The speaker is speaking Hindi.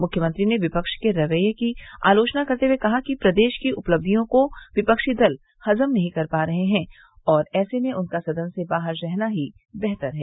मुख्यमंत्री ने विपक्ष के रवैये की आलोचना करते हुए कहा कि प्रदेश की उपलबियों को विपक्षी दल हजम नहीं कर पा रहे हैं और ऐसे में उनका सदन से बाहर रहना ही बेहतर है